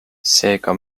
seega